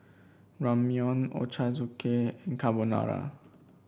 Ramyeon Ochazuke and Carbonara